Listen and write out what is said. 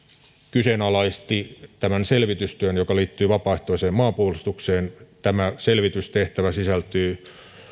kyseenalaisti selvitystyön joka liittyy vapaaehtoiseen maanpuolustukseen tämä selvitystehtävä sisältyy